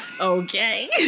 Okay